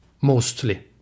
mostly